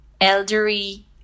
Elderly